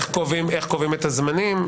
איך קובע את הזמנים?